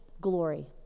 glory